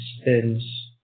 spins